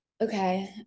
Okay